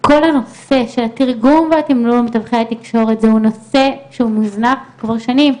כל הנושא של התרגום והתימלול ומתווכי התקשורת זהו נושא שמוזנח כבר שנים.